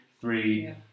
three